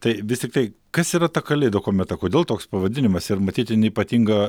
tai vis tiktai kas yra ta kalėdų kometa kodėl toks pavadinimas ir matyt jin ypatinga